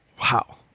Wow